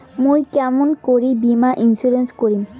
মুই কেমন করি বীমা ইন্সুরেন্স করিম?